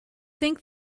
think